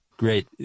Great